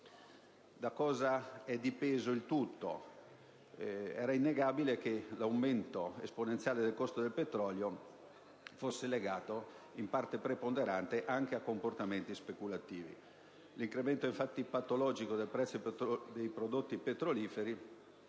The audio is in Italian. Da cosa è dipeso il tutto? Era innegabile che l'aumento esponenziale del costo del petrolio fosse legato in parte preponderante anche a comportamenti speculativi. Infatti, l'incremento patologico del prezzo dei prodotti petroliferi